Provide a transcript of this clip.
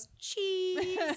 cheese